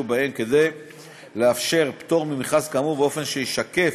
בהן כדי לאפשר פטור ממכרז כאמור באופן שישקף